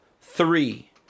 three